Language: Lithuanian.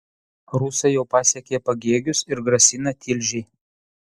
rusai jau pasiekė pagėgius ir grasina tilžei